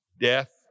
death